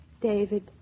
David